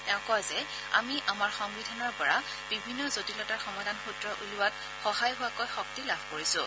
তেওঁ কয় যে আমি আমাৰ সংবিধানৰ পৰা বিভিন্ন জটিলতাৰ সমাধান সূত্ৰ উলিওৱাত সহায় হোৱাকৈ শক্তি লাভ কৰিছেঁ